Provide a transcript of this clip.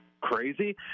crazy